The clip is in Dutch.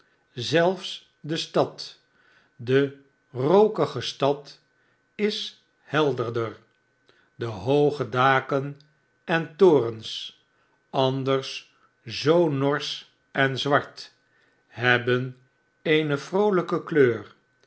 zelfs de stad de rookige stad is helderder de hooge daken en torens anders zoo norsch en zwart hebben eene vroolijke kletir